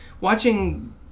watching